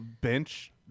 bench